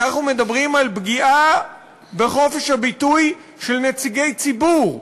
אנחנו מדברים על פגיעה בחופש הביטוי של נציגי ציבור,